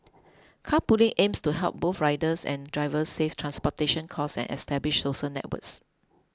carpooling aims to help both riders and drivers save transportation costs and establish social networks